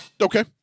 Okay